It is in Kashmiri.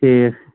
ٹھیٖک